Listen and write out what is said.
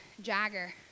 Jagger